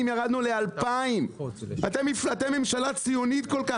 ירדנו ל 2,000 אתם ממשלה ציונית כל כך,